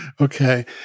okay